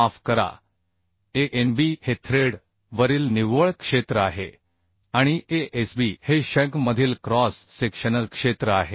माफ करा Anb हे थ्रेड वरील निव्वळ क्षेत्र आहे आणि Asb हे शँकमधील क्रॉस सेक्शनल क्षेत्र आहे